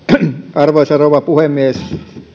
arvoisa rouva puhemies